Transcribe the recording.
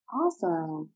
awesome